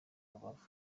rubavu